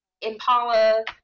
impala